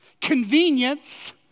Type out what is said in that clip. Convenience